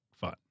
fun